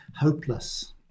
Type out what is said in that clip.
hopeless